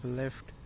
left